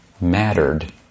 mattered